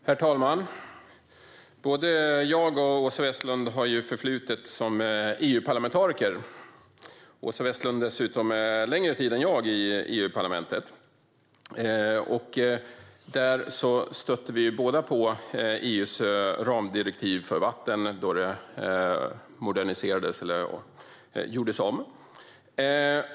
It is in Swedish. Herr talman! Både Åsa Westlund och jag har ett förflutet som EU-parlamentariker, och Åsa Westlund satt längre tid än jag. Där stötte vi båda på EU:s ramdirektiv för vatten då det gjordes om.